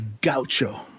Gaucho